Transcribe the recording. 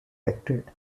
acted